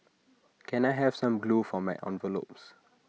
can I have some glue for my envelopes